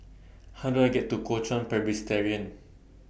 How Do I get to Kuo Chuan Presbyterian